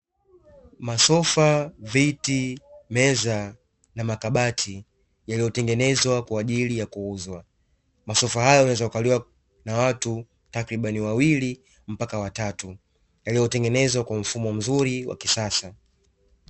Masofa, viti, meza na makabati yaliotengenezwa kwa ajili ya kuuzwa, masofa hayo yanaweza kukaliwa na watu takribani wawili mpaka watatu, yaliotengenezwa kwa mfumo mzuri wa kisasa.